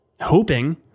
hoping